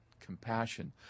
compassion